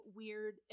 weird